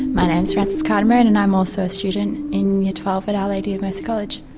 my name is frances cardamone and i'm also a student in year twelve at our lady of mercy college.